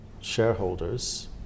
shareholders